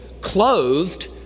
clothed